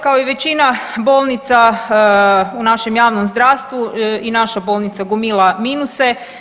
kao i većina bolnica u našem javnom zdravstvu i naša bolnica gomila iznose.